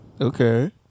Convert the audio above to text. okay